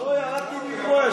לא, ירדתי מפה.